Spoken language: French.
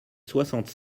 soixante